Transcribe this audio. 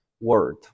word